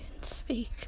speak